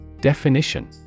Definition